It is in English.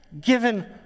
given